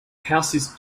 houses